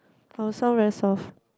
our sound very soft